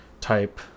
type